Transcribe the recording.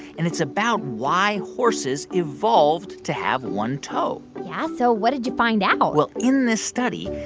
and it's about why horses evolved to have one toe yeah. so what did you find out? well, in this study,